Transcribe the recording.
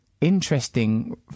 interesting